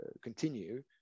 continue